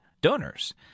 donors